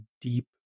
deep